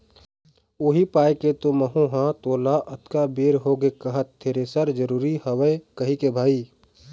उही पाय के तो महूँ ह तोला अतका बेर होगे कहत थेरेसर जरुरी हवय कहिके भाई